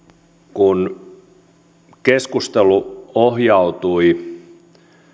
kun keskustelu ohjautui